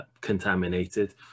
contaminated